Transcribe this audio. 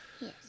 Yes